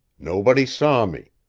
nobody saw me.